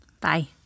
Bye